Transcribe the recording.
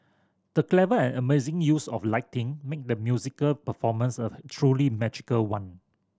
the clever and amazing use of lighting made the musical performance a truly magical one